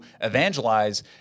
evangelize